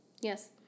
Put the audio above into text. Yes